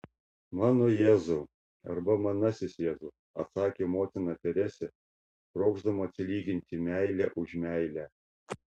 mano jėzau arba manasis jėzau atsakė motina teresė trokšdama atsilyginti meile už meilę